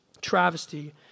travesty